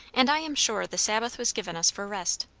and i am sure the sabbath was given us for rest.